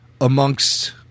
amongst